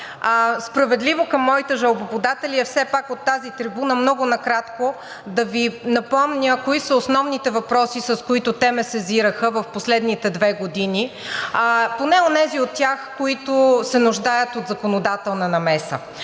Справедливо към моите жалбоподатели е все пак от тази трибуна много накратко да Ви напомня кои са основните въпроси, с които те ме сезираха в последните две години, поне онези от тях, които се нуждаят от законодателна намеса.